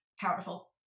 powerful